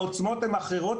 העוצמות הן אחרות